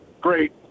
great